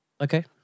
okay